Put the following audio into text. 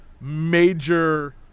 major